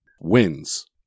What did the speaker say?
wins